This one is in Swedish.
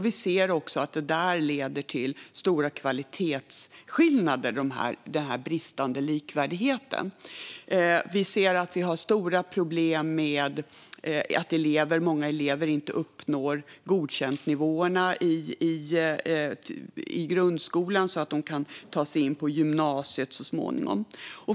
Vi ser också att denna bristande likvärdighet leder till stora kvalitetsskillnader. Vi ser att vi har stora problem med att många elever inte uppnår godkäntnivåerna i grundskolan så att de kan ta sig in på gymnasiet så småningom.